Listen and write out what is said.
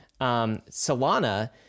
solana